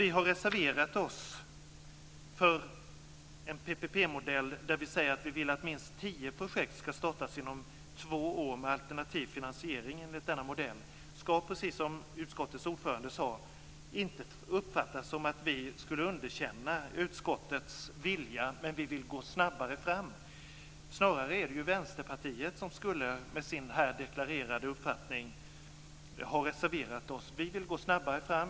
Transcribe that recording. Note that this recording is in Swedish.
Vi har reserverat oss för en PPP-modell och säger att vi vill att minst tio projekt ska startas inom två år med alternativ finansiering enligt denna modell. Det ska inte, precis som utskottets ordförande sade, uppfattas som att vi skulle underkänna utskottets vilja, men vi vill gå snabbare fram. Snarare är det Vänsterpartiet, med sin här deklarerade uppfattning, som skulle ha reserverat sig. Vi vill gå snabbare fram.